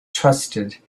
trusted